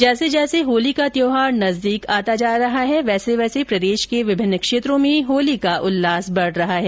जैसे जैसे होली का त्यौहार नजदीक आता जा रहा है वैसे वैसे प्रदेश के विभिन्न क्षेत्रों में होली का उल्लास बढ रहा है